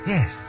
Yes